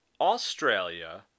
Australia